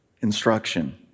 instruction